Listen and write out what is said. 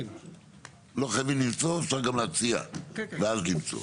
לא חייבים למצוא, אפשר גם להציע ואז למצוא.